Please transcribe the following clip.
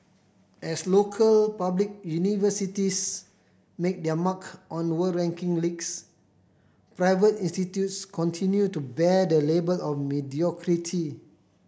as local public universities make their mark on world ranking leagues private institutes continue to bear the label of mediocrity